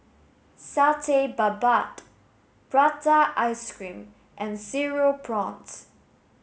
Satay Babat Prata ice cream and cereal prawns